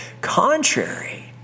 contrary